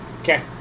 Okay